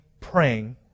praying